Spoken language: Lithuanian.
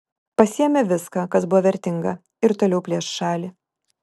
pasiėmė viską kas buvo vertinga ir toliau plėš šalį